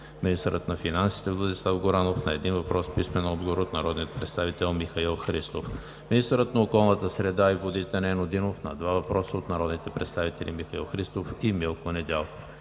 министърът на финансите Владислав Горанов на един въпрос с писмен отговор от народния представител Михаил Христов; - министърът на околната среда и водите Нено Димов на два въпроса от народните представители Михаил Христов и Милко Недялков;